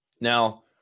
Now